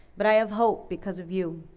but i have hope because of you,